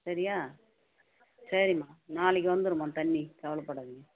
சரியா சரிம்மா நாளைக்கு வந்துடும்மா தண்ணி கவலைப்படாதீங்க